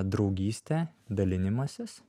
draugystė dalinimasis